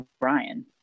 Brian